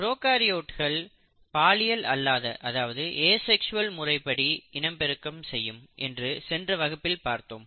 ப்ரோகாரியோட்கள் பாலியல் அல்லாதஏசெக்ஸ்வல் முறைப்படி இனப்பெருக்கம் செய்யும் என்று சென்ற வகுப்பில் பார்த்தோம்